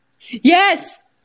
Yes